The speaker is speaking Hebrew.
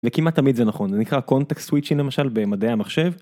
וכמעט תמיד זה נכון, זה נקרא context switching למשל במדעי המחשב.